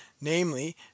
namely